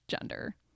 gender